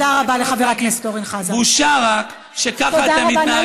חבר הכנסת חזן, אני מבקשת שתתנצל.